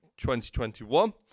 2021